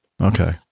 Okay